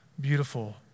beautiful